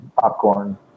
Popcorn